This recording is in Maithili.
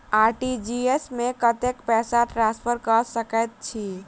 आर.टी.जी.एस मे कतेक पैसा ट्रान्सफर कऽ सकैत छी?